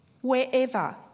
wherever